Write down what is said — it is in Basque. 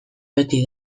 beti